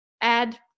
add